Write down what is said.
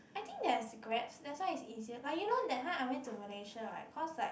I think there is grabs that's why it's easier like you know that time I went to Malaysia [right] cause like